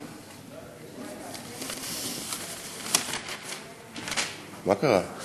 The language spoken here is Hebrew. מה קרה?